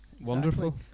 wonderful